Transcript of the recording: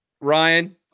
Ryan